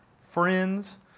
friends